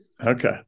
Okay